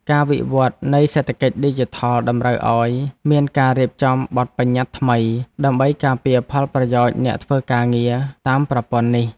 ការវិវត្តនៃសេដ្ឋកិច្ចឌីជីថលតម្រូវឱ្យមានការរៀបចំបទប្បញ្ញត្តិថ្មី ដើម្បីការពារផលប្រយោជន៍អ្នកធ្វើការងារតាមប្រព័ន្ធនេះ។